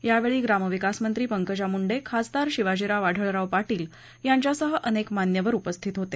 यावेळी ग्रामविकास मंत्री पंकजा मुंडे खासदार शिवाजीराव आढळराव पाटील यांच्यासह अनेक मान्यवर उपस्थित होते